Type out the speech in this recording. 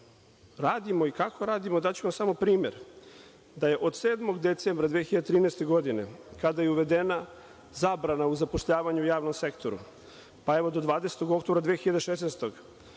radimo i kako radimo, daću vam samo primer da je od 7. decembra 2013. godine, kada je uvedena zabrana o zapošljavanju u javnom sektoru, pa evo do 20. oktobra 2016.